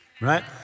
right